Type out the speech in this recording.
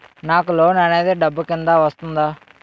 నాకు లోన్ అనేది డబ్బు కిందా వస్తుందా?